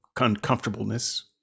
uncomfortableness